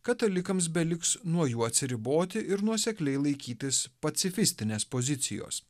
katalikams beliks nuo jų atsiriboti ir nuosekliai laikytis pacifistinės pozicijos